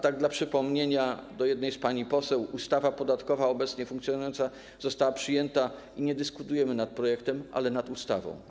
Tak dla przypomnienia jednej pani poseł: ustawa podatkowa obecnie funkcjonująca została przyjęta i nie dyskutujemy nad projektem, ale nad ustawą.